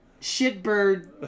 shitbird